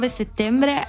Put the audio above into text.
settembre